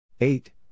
Eight